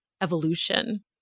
evolution